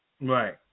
right